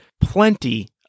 plenty